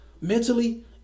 Mentally